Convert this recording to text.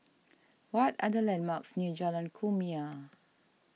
what are the landmarks near Jalan Kumia